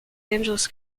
angeles